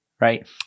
right